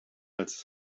als